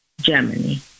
Germany